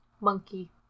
Monkey